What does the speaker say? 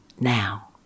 now